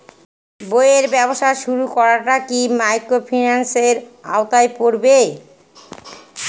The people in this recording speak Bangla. বইয়ের ব্যবসা শুরু করাটা কি মাইক্রোফিন্যান্সের আওতায় পড়বে?